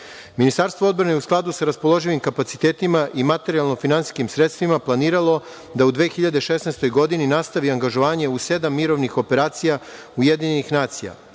godini. Ministarstvo odbrane je u skladu sa raspoloživim kapacitetima i materijalno-finansijskim sredstvima planiralo da u 2016. godini nastavi angažovanje u sedam mirovnih operacija UN –